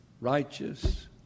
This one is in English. righteous